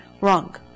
wrong